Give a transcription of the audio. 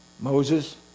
Moses